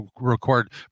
record